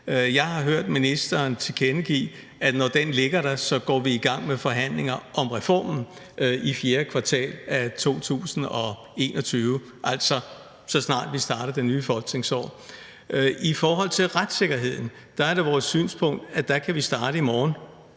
Jeg har hørt ministeren tilkendegive, at når det ligger der, går vi i gang med forhandlinger om reformen i fjerde kvartal af 2021, altså så snart vi starter det nye folketingsår. I forhold til retssikkerheden er det vores synspunkt, at der kan vi starte i morgen.